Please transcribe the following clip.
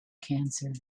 cancer